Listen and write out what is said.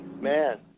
Man